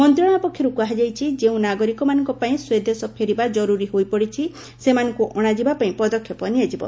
ମନ୍ତ୍ରଣାଳୟ ପକ୍ଷରୁ କୁହାଯାଇଛି ଯେଉଁ ନାଗରିକମାନଙ୍କ ପାଇଁ ସ୍ୱଦେଶ ଫେରିବା ଜରୁରୀ ହୋଇପଡ଼ିଛି ସେମାନଙ୍କୁ ଅଣାଯିବା ପାଇଁ ପଦକ୍ଷେପ ନିଆଯିବ